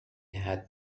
had